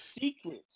secrets